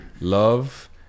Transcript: love